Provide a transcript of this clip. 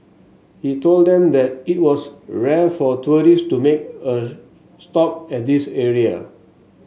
he told them that it was rare for tourists to make a stop at this area